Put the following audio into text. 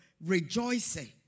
rejoicing